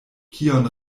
kion